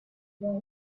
man